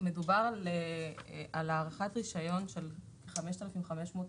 מדובר על הארכת רישיון של 5,500 מוסכים.